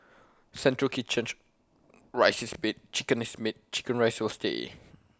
central kitchen rice is made chicken is made Chicken Rice will stay